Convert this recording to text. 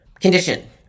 Condition